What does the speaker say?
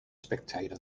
spectator